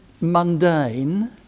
mundane